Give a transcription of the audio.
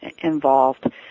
involved